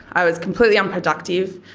i was completely unproductive,